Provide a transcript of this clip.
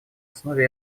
основе